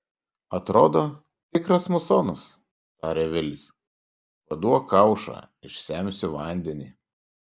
atrodo tikras musonas tarė vilis paduok kaušą išsemsiu vandenį